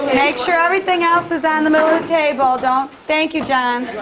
make sure everything else is on the middle of the table. don't thank you, jeff.